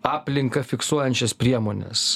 aplinką fiksuojančias priemones